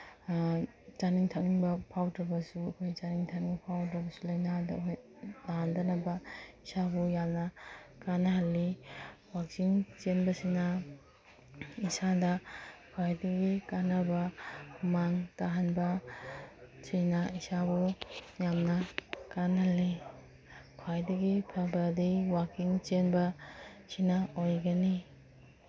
ꯆꯥꯅꯤꯡ ꯊꯛꯅꯤꯡꯕ ꯐꯥꯎꯗꯕꯁꯨ ꯑꯩꯈꯣꯏ ꯆꯥꯅꯤꯡ ꯊꯛꯅꯤꯡꯕ ꯐꯥꯎꯗꯕꯁꯨ ꯂꯥꯏꯅꯥꯗ ꯍꯣꯏ ꯅꯥꯗꯅꯕ ꯏꯁꯥꯕꯨ ꯌꯥꯝꯅ ꯀꯥꯟꯅꯍꯜꯂꯤ ꯋꯥꯛꯀꯤꯡ ꯆꯦꯟꯕꯁꯤꯅ ꯏꯁꯥꯗ ꯈ꯭ꯋꯥꯏꯗꯒꯤ ꯀꯥꯟꯅꯕ ꯃꯥꯡ ꯇꯥꯛꯍꯟꯕꯁꯤꯅ ꯏꯁꯥꯕꯨ ꯌꯥꯝꯅ ꯀꯥꯟꯅꯍꯜꯂꯤ ꯈ꯭ꯋꯥꯏꯗꯒꯤ ꯐꯕꯗꯤ ꯋꯥꯛꯀꯤꯡ ꯆꯦꯟꯕꯁꯤꯅ ꯑꯣꯏꯒꯅꯤ